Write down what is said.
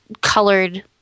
colored